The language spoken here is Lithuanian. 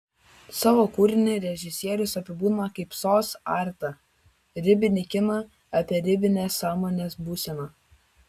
savo kūrinį režisierius apibūdina kaip sos artą ribinį kiną apie ribinę sąmonės būseną